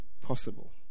possible